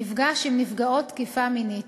מפגש עם נפגעות תקיפה מינית.